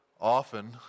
often